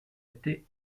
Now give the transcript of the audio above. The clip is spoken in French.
été